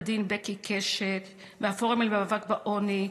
לעו"ד בקי קשת מהפורום למאבק בעוני,